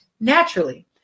naturally